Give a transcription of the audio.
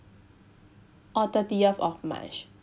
oh thirtieth of march